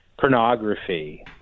pornography